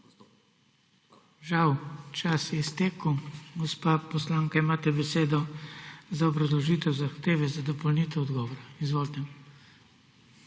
Žal, čas se je iztekel. Gospa poslanka, imate besedo za obrazložitev zahteve za dopolnitev odgovora. Izvolite.